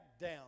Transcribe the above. down